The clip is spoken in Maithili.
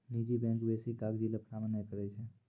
निजी बैंक बेसी कागजी लफड़ा नै करै छै